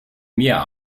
mir